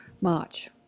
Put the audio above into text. March